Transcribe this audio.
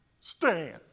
stand